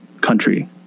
country